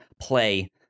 play